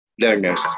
learners